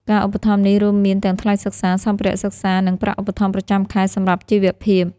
ការឧបត្ថម្ភនេះរួមមានទាំងថ្លៃសិក្សា សម្ភារៈសិក្សា និងប្រាក់ឧបត្ថម្ភប្រចាំខែសម្រាប់ជីវភាព។